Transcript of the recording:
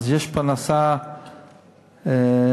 אז יש פרנסה ברווח,